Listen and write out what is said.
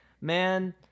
man